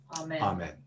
Amen